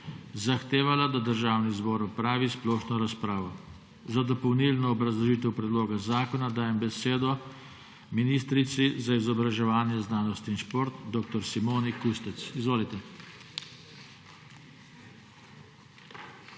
zahtevala, da Državni zbor opravi splošno razpravo. Za dopolnilno obrazložitev predloga zakona dajem besedo ministrici za izobraževanje, znanost in šport dr. Simoni Kustec. Izvolite.